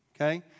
okay